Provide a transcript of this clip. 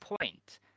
point